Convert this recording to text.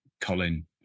Colin